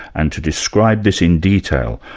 and to describe this in detail.